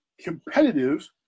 competitive